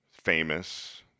famous